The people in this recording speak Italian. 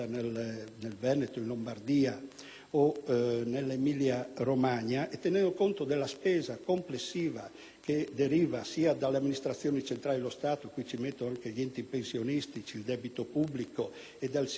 o Emilia Romagna, nonché della spesa complessiva - che deriva sia dalle amministrazioni centrali dello Stato, cui faccio rientrare anche gli enti pensionistici, dal debito pubblico e dal sistema aggregato delle amministrazioni locali